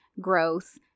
growth